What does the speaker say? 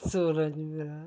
सोलांं च मेरा